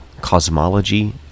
cosmology